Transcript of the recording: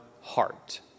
heart